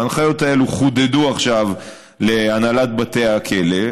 ההנחיות האלה חודדו עכשיו להנהלת בתי הכלא,